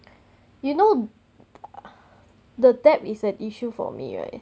you know uh the depth is an issue for me right